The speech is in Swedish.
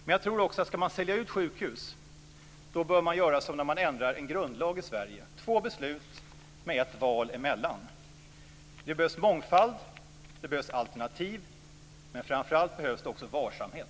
Men jag tror också att ska man sälja ut sjukhus bör man göra som när man ändrar en grundlag i Sverige, två beslut med ett val emellan. Det behövs mångfald, det behövs alternativ, men framför allt behövs det varsamhet.